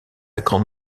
grande